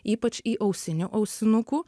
ypač įausinių ausinukų